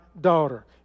daughter